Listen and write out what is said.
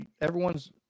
everyone's